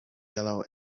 yellow